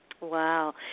Wow